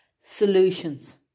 Solutions